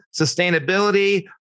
sustainability